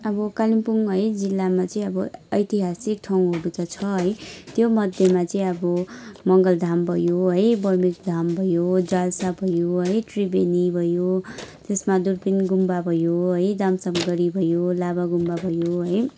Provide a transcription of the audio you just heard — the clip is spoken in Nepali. अब कालिम्पोङ है जिल्लामा चाहिँ अब ऐेतिहासिक ठाउँहरू चाहिँ छ है त्योमध्येमा चाहिँ अब मङ्गलधाम भयो है बर्मेकधाम भयो जाल्सा भयो है त्रिवेणी भयो तेसमा दुर्पिन गुम्बा भयो है दामसाम गढी भयो लाभा गुम्बा भयो है